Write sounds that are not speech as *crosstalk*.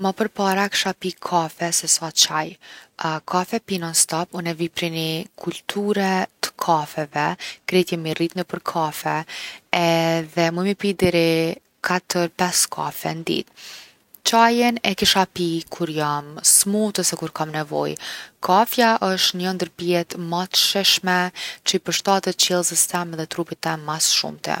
Ma përpara kisha pi kafe se sa çaj. *hesitation* kafe pi non stop, unë vi prej ni kulture t’kafeve, krejt jemi rrit nëpër kafe edhe muj m’i pi deri 4-5 kafe n’ditë. çajin e kisha pi kur jom smut ose kur kom nevojë. Kafja osht njo ndër pijet ma t’shishme që i përshtatet qiellzës tem edhe trupit tem mas shumti.